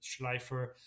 Schleifer